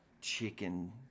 chicken